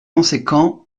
conséquent